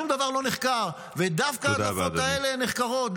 שום דבר לא נחקר, ודווקא ההדלפות האלה נחקרות.